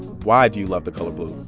why do you love the color blue?